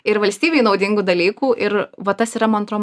ir valstybei naudingų dalykų ir va tas yra man atro